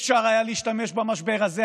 אפשר היה להשתמש במשבר הזה,